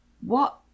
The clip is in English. What